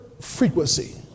frequency